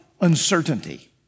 uncertainty